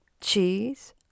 cheese